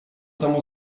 temu